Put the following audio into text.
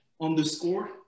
underscore